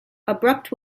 abrupt